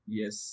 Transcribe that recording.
yes